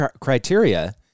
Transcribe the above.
criteria